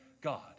God